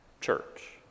church